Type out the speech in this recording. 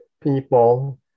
people